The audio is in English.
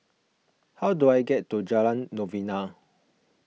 how do I get to Jalan Novena